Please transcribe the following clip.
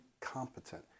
competent